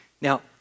Now